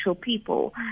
people